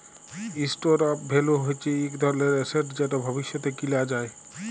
store of value হচ্যে ইক ধরলের এসেট যেট ভবিষ্যতে কিলা যায়